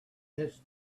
it’s